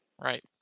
right